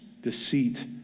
deceit